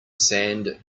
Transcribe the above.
sand